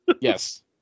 Yes